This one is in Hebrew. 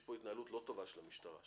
פה התנהלות לא טובה של המשטרה,